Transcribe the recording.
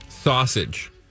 Sausage